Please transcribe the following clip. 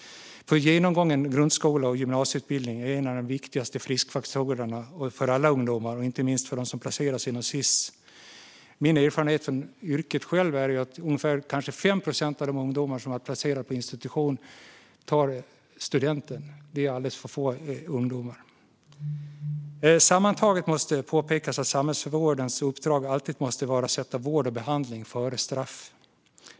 Genomgången grundskola och gymnasieutbildning är en av de viktigaste friskfaktorerna för alla ungdomar och inte minst för dem som placeras inom Sis. Min egen erfarenhet från yrket är att ungefär 5 procent av de ungdomar som varit placerade på institution tar studenten. Det är alltför få. Sammantaget måste det påpekas att samhällsvårdens uppdrag alltid måste vara att sätta vård och behandling före straff.